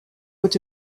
would